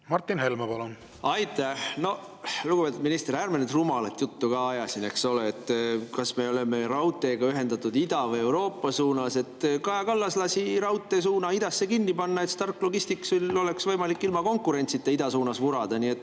Martin Helme, palun! Aitäh! Lugupeetud minister, ärme nüüd rumalat juttu ka siin aja, eks ole. Kas me oleme raudteega ühendatud ida või Euroopa suunas – Kaja Kallas lasi raudteesuuna idasse kinni panna, et Stark Logisticsil oleks võimalik ilma konkurentsita ida suunas vurada. Minu